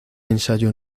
ensayo